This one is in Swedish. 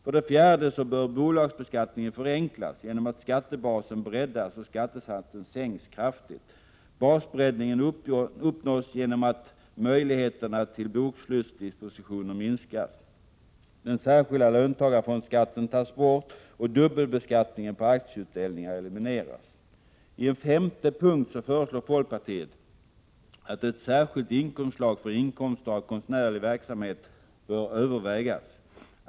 I den fjärde punkten föreslås att bolagsbeskattningen förenklas genom att skattebasen breddas och skattesatsen sänks kraftigt. Basbreddningen uppnås genom att möjligheterna till bokslutsdispositioner minskas. Den särskilda löntagarfondsskatten tas bort, och dubbelbeskattningen på aktieutdelningar elimineras. I en femte punkt föreslår folkpartiet att ett särskilt inkomstslag för inkomster av konstnärlig verksamhet skall övervägas.